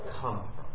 come